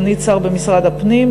לתפקיד סגנית שר במשרד הפנים,